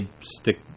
stick